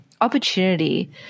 opportunity